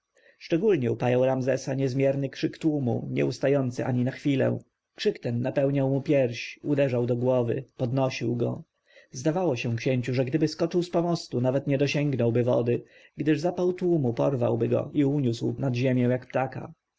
szczególnie upajał ramzesa niezmierny krzyk tłumu nie ustający ani na chwilę krzyk ten napełniał mu piersi uderzał do głowy podnosił go zdawało się księciu że gdyby skoczył z pomostu nawet nie dosięgnąłby wody gdyż zapał ludu porwałby go i uniósł ku niebu jak ptaka